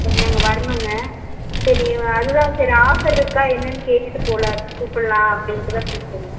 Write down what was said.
சரி நாங்கள் வரணும்ங்க சரி அதுதான் சரி ஆஃபர் இருக்கா என்னென்னு கேட்டுவிட்டு போகலாம் கூப்பிட்லாம் அப்படின்ட்டு தான் கூப்பிட்டேங்க